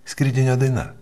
skridinio daina